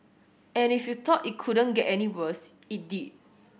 and if you thought it couldn't get any worse it did